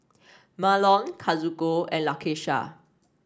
Marlon Kazuko and Lakesha